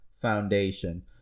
foundation